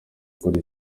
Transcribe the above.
kuri